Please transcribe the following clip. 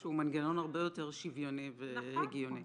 --- שהוא מנגנון הרבה יותר שוויוני והגיוני.